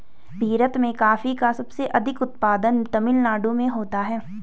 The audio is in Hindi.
भीरत में कॉफी का सबसे अधिक उत्पादन तमिल नाडु में होता है